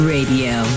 Radio